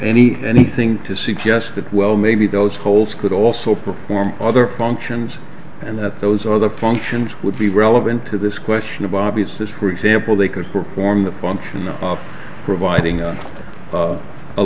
any anything to suggest that well maybe those holes could also perform other functions and that those are the functions would be relevant to this question of obviousness for example they could perform the function of providing